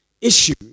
issue